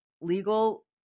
legal